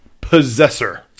possessor